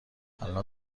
الان